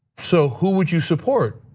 so who would you support?